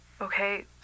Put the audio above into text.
Okay